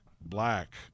Black